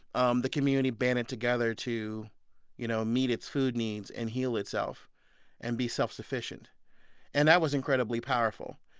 um the community banded together to you know meet its food needs and heal itself and be self-sufficient and that was incredibly powerful,